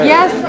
Yes